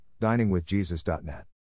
diningwithjesus.net